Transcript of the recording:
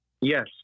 Yes